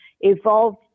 evolved